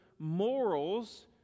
morals